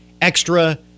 extra